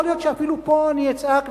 יכול להיות שאפילו פה אני אצעק,